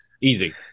Easy